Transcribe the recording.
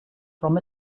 from